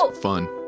fun